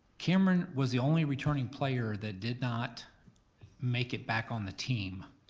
cameron was the only returning player that did not make it back on the team.